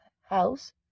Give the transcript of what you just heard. house